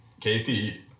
KP